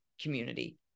community